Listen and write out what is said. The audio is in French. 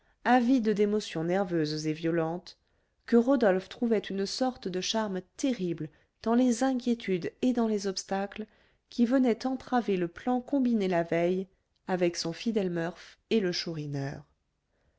avide d'émotions nerveuses et violentes que rodolphe trouvait une sorte de charme terrible dans les inquiétudes et dans les obstacles qui venaient entraver le plan combiné la veille avec son fidèle murph et le chourineur